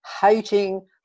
hating